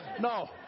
No